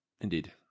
indeed